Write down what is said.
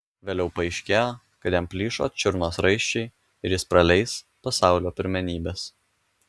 vėliau paaiškėjo kad jam plyšo čiurnos raiščiai ir jis praleis pasaulio pirmenybes